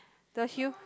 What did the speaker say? the hue